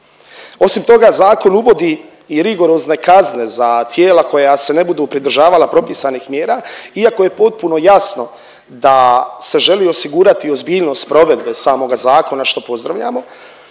Osim toga, zakon uvodi i rigorozne kazne za tijela koja se ne budu pridržavala propisanih mjera, iako je potpuno jasno da se želi osigurati ozbiljnost provedbe samoga zakona što pozdravljamo.